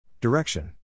Direction